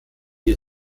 die